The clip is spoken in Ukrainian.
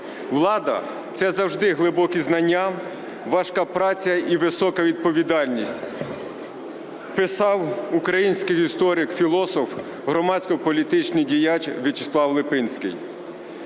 "Влада – це завжди глибокі знання, важка праця і висока відповідальність", - писав український історик, філософ, громадсько-політичний діяч В'ячеслав Липинський.